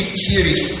series